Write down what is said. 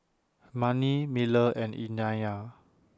Manie Miller and